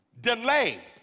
delay